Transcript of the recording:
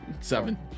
seven